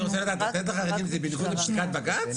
אני רוצה לדעת: לתת לחרדים זה בניגוד לפסיקת בג"ץ?